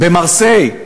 במרסיי,